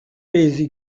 pesi